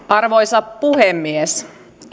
arvoisa puhemies